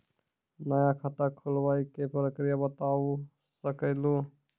नया खाता खुलवाए के प्रक्रिया बता सके लू?